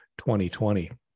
2020